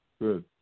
good